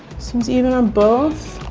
seems even on both.